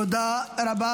תודה רבה.